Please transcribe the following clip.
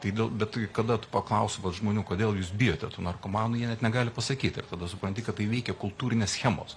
tai dėl bet tai kada tu paklausi vat žmonių kodėl jūs bijote tų narkomanų jie net negali pasakyti tada supranti kad tai veikia kultūrinės schemos